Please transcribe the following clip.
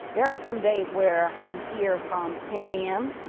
there are some days where i'm here from ten a m.